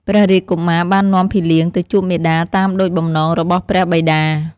ព្រះរាជកុមារបាននាំភីលៀងទៅជួបមាតាតាមដូចបំណងរបស់ព្រះបិតា។